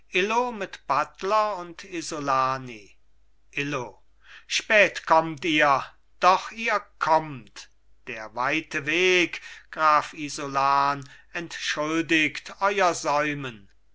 mit buttler und isolani illo spät kommt ihr doch ihr kommt der weite weg graf isolan entschuldigt euer säumen